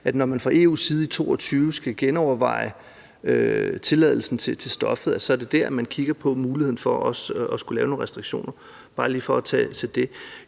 når man fra EU's side i 2022 skal genoverveje tilladelsen til stoffet, så vil man i den forbindelse kigge på muligheden for også at skulle